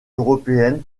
européennes